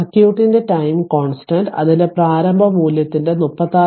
സർക്യൂട്ടിന്റെ time constant അതിന്റെ പ്രാരംഭ മൂല്യത്തിന്റെ 36